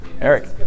Eric